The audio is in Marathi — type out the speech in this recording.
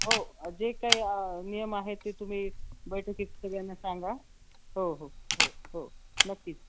हो जे काही नियम आहेत ते तुम्ही बैठकीत फिक्स सगळ्यांना सांगा हो हो हो हो नक्कीच